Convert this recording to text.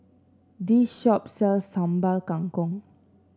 this shop sells Sambal Kangkong